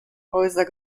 häuser